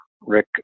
Rick